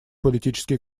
политические